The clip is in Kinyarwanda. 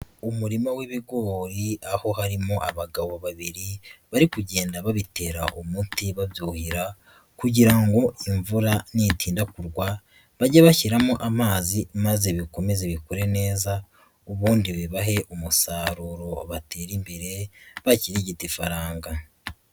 Umurima w'ibigori aho harimo abagabo babiri, bari kugenda babitera umuti babyuhira kugira ngo imvura nitinda kugwa, bage bashyiramo amazi maze bikomeze bikure neza, ubundi bibahe umusaruro batere imbere bakirigite ifaranga.